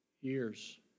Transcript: years